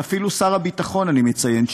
ואפילו את שר הביטחון אני מציין,